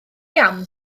iawn